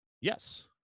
Yes